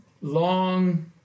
long